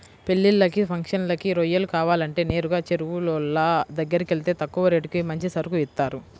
పెళ్ళిళ్ళకి, ఫంక్షన్లకి రొయ్యలు కావాలంటే నేరుగా చెరువులోళ్ళ దగ్గరకెళ్తే తక్కువ రేటుకి మంచి సరుకు ఇత్తారు